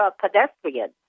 pedestrians